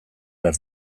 behar